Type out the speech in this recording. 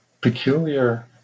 peculiar